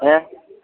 હે